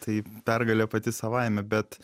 tai pergalė pati savaime bet